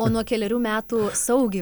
o nuo kelerių metų saugiai